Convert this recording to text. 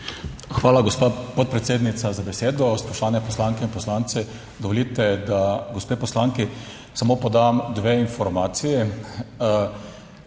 Hvala gospa podpredsednica za besedo. Spoštovane poslanke in poslanci. Dovolite, da gospe poslanki samo podam dve informaciji.